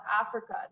Africa